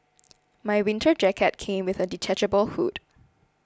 my winter jacket came with a detachable hood